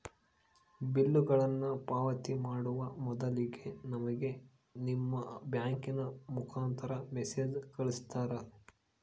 ಬಿಲ್ಲುಗಳನ್ನ ಪಾವತಿ ಮಾಡುವ ಮೊದಲಿಗೆ ನಮಗೆ ನಿಮ್ಮ ಬ್ಯಾಂಕಿನ ಮುಖಾಂತರ ಮೆಸೇಜ್ ಕಳಿಸ್ತಿರಾ?